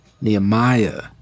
Nehemiah